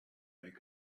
make